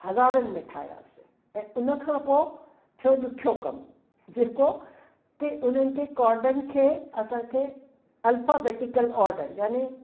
हज़ारनि में ठाहियासीं ऐं हुन खां पोइ थियो ॾुखियो कमु जे को कि उन्हनि खे काडनि खे असांखे अल्फाबेटीकल ऑडर